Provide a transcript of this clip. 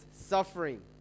suffering